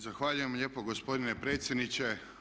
Zahvaljujem lijepo gospodine predsjedniče.